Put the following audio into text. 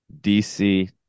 DC